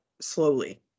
slowly